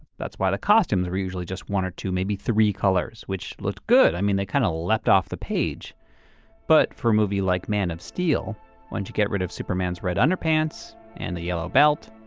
that's why the costumes were usually just one or two, maybe three colors which looked good, i mean they kind of leapt off the page but for a movie like man of steel when you get rid of superman's red underpants, and the yellow belt,